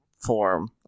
form